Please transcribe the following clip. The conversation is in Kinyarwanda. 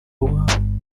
uwabo